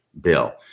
bill